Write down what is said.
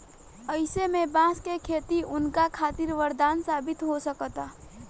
अईसे में बांस के खेती उनका खातिर वरदान साबित हो सकता